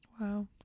Wow